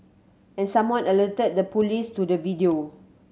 and someone alerted the police to the video